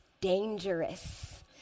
dangerous